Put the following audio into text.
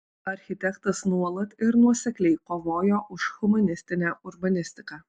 architektas nuolat ir nuosekliai kovojo už humanistinę urbanistiką